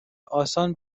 آسان